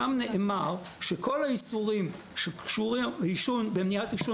שם נאמר שכל האיסורים שקשורים לעישון במניעת עישון